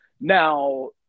now